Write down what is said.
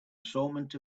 assortment